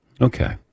Okay